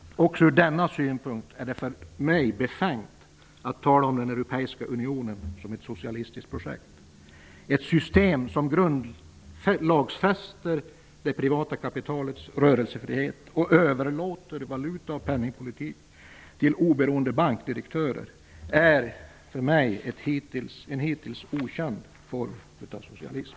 Också ur denna synpunkt är det för mig befängt att tala om den europeiska unionen som ett socialistiskt projekt. Ett system som grundlagsfäster det privata kapitalets rörelsefrihet och överlåter valuta och penningpolitik till oberoende bankdirektörer är en för mig hittills okänd form av socialism.